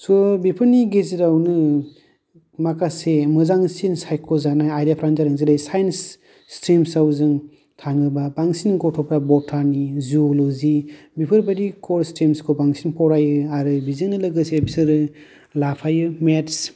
स' बेफोरनि गेजेरावनो माखासे मोजांसिन साइख'जानाय आयदाफ्रानो जादों जेरै साइन्स स्ट्रिमसाव जों थाङोब्ला बांसिन गथ'फ्रा बटानि जिव'ल'जि बेफोरबायदि क'र्स टिमखौ बांसिन फरायो आरो बिजोंनो लोगोसे बिसोरो लाफायो मेट्स